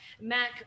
Mac